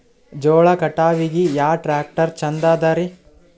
ಜೋಳ ಕಟಾವಿಗಿ ಯಾ ಟ್ಯ್ರಾಕ್ಟರ ಛಂದದರಿ?